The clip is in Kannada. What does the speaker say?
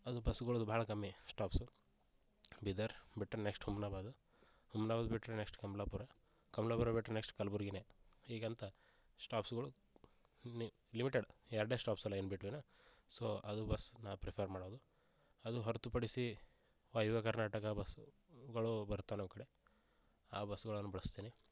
ಅದು ಬಸ್ಗಳದು ಭಾಳ ಕಮ್ಮಿ ಸ್ಟಾಪ್ಸು ಬೀದರ್ ಬಿಟ್ಟರೆ ನೆಕ್ಸ್ಟ್ ಹುಮ್ನಬಾದು ಹುಮ್ನಬಾದ್ ಬಿಟ್ಟರೆ ನೆಕ್ಸ್ಟ್ ಕಮಲಾಪುರ ಕಮಲಾಪುರ ಬಿಟ್ಟರೆ ನೆಕ್ಸ್ಟ್ ಕಲ್ಬುರ್ಗಿನೇ ಈಗಂತ ಸ್ಟಾಪ್ಸ್ಗಳು ಲಿಮಿಟೆಡ್ ಎರಡೆ ಸ್ಟಾಪ್ಸ್ ಅಲ್ಲ ಇನ್ ಬಿಟ್ವಿನ್ ಸೊ ಅದು ಬಸ್ ನಾ ಪ್ರಿಫೇರ್ ಮಾಡೋದು ಅದು ಹೊರತುಪಡಿಸಿ ವಾಯುವ್ಯ ಕರ್ನಾಟಕ ಬಸ್ಸುಗಳು ಬರುತ್ತವೆ ನಮ್ಮ ಕಡೆ ಆ ಬಸ್ಗಳನ್ನು ಬಳಸ್ತೀನಿ